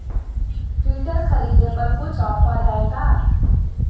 Filter खरिदे पर कुछ औफर है का?